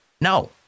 no